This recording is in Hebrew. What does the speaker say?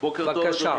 בבקשה.